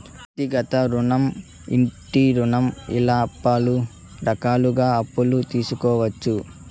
వ్యక్తిగత రుణం ఇంటి రుణం ఇలా పలు రకాలుగా అప్పులు తీసుకోవచ్చు